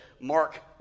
Mark